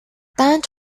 даанч